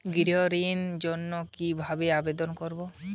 গৃহ ঋণ জন্য কি ভাবে আবেদন করব?